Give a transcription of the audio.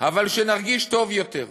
אבל שנרגיש טוב יותר,